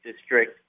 district